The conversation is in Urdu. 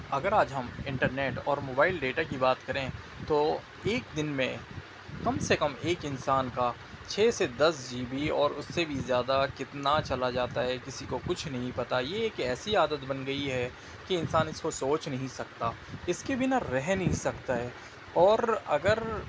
اگر ہم آج انٹرنیٹ اور موبائل ڈیٹا کی بات کریں تو ایک دن میں کم سے کم ایک انسان کا چھ سے دس جی بی اور اس سے بھی زیادہ کتنا چلا جاتا ہے کسی کو کچھ نہیں پتا یہ ایک ایسی عادت بن گئی ہے کہ انسان اس کو سوچ نہیں سکتا اس کے بنا رہ نہیں سکتا ہے اور اگر